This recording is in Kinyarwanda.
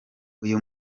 uyu